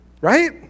right